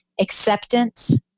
acceptance